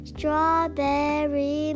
Strawberry